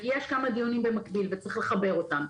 כי יש כמה דיונים במקביל וצריך לחבר אותם.